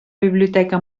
biblioteca